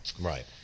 right